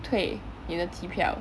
退你的机票